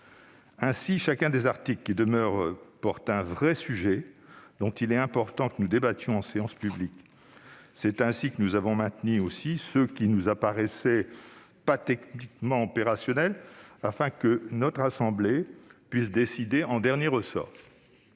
Ainsi, chacun des articles qui demeurent porte sur un vrai sujet dont il est important que nous débattions en séance publique. Nous avons aussi maintenu ceux qui ne nous apparaissaient pas techniquement opérationnels afin que notre assemblée puisse décider en dernier ressort.